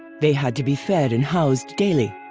they had to be fed and housed daily.